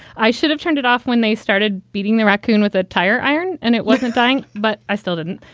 i should have turned it off when they started beating the raccoon with a tire iron and it wasn't dying. but i still didn't.